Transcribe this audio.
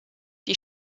die